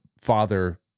father